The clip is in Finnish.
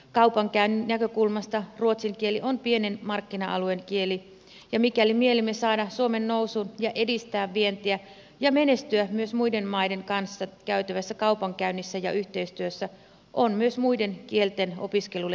kaupankäynnin näkökulmasta ruotsin kieli on pienen markkina alueen kieli ja mikäli mielimme saada suomen nousuun edistää vientiä ja menestyä myös muiden maiden kanssa käytävässä kaupankäynnissä ja yhteistyössä on myös muiden kielten opiskelulle tehtävä tilaa